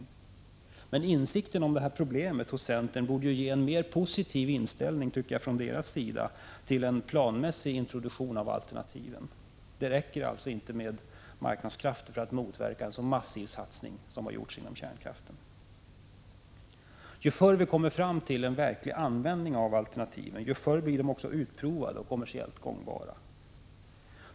Centerns insikt om detta problem borde ge en mer positiv inställning från centerns sida, tycker jag, till en planmässig introduktion av de olika alternativen. Det räcker inte med marknadskrafter för att motverka en så massiv satsning som den man gjort på kärnkraften. Ju förr vi kommer fram till en verklig användning av alternativen, desto tidigare blir de också utprovade och kommersiellt gångbara.